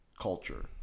culture